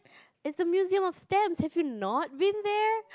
is the museum of stamps have you not been there